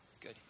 Good